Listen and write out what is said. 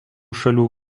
šalių